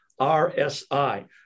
RSI